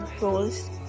goals